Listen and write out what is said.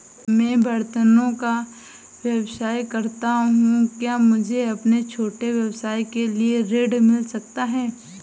मैं बर्तनों का व्यवसाय करता हूँ क्या मुझे अपने छोटे व्यवसाय के लिए ऋण मिल सकता है?